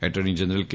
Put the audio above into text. attorney general કે